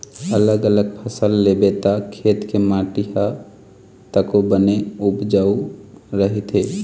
अलग अलग फसल लेबे त खेत के माटी ह तको बने उपजऊ रहिथे